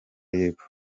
y’epfo